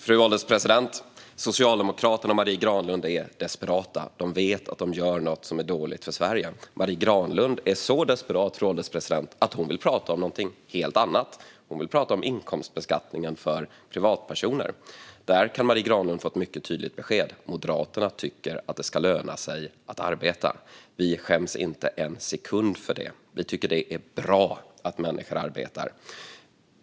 Fru ålderspresident! Socialdemokraterna och Marie Granlund är desperata. De vet att de gör något som är dåligt för Sverige. Marie Granlund är så desperat, fru ålderspresident, att hon vill prata om någonting helt annat. Hon vill prata om inkomstbeskattningen för privatpersoner. Där kan Marie Granlund få ett mycket tydligt besked: Moderaterna tycker att det ska löna sig att arbeta. Vi skäms inte en sekund för det. Vi tycker att det är bra att människor arbetar.